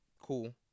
Cool